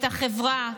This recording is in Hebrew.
את החברה.